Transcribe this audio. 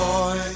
Boy